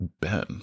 Ben